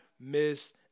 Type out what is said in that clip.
miss